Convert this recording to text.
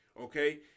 Okay